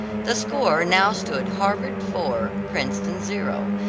the score now stood harvard four, princeton zero,